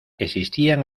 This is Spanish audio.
existían